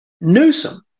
Newsom